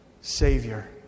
Savior